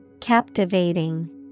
Captivating